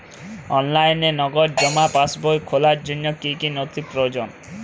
অনলাইনে নগদ জমা পাসবই খোলার জন্য কী কী নথি প্রয়োজন?